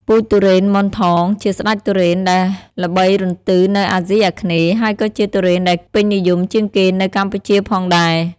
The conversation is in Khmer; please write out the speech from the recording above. ពូជទុរេនម៉ាន់ថងជាស្តេចទុរេនដែលល្បីរន្ទឺនៅអាស៊ីអាគ្នេយ៍ ហើយក៏ជាទុរេនដែលពេញនិយមជាងគេនៅកម្ពុជាផងដែរ។